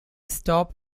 stop